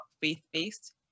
faith-based